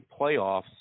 playoffs